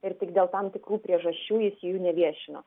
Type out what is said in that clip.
ir tik dėl tam tikrų priežasčių jis jų neviešino